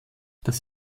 das